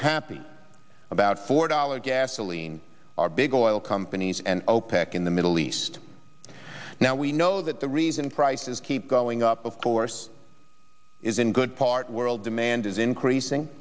happy about four dollars gasoline are big oil companies and opec in the middle east now we know that the reason prices keep going up of course is in good part world demand is increasing